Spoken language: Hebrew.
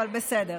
אבל בסדר.